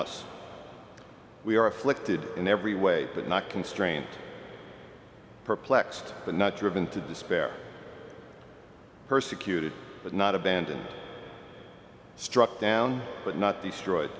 us we are afflicted in every way but not constraint perplexed but not driven to despair persecuted but not abandoned struck down but not destroyed